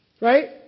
right